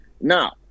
Now